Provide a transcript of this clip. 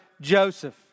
Joseph